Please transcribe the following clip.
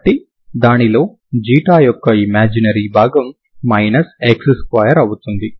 కాబట్టి దానిలో యొక్క ఇమాజినరీ భాగం x2 అవుతుంది